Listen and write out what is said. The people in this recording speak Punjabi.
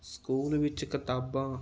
ਸਕੂਲ ਵਿੱਚ ਕਿਤਾਬਾਂ